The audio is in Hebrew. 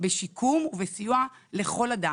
בשיקום ובסיוע לכל אדם,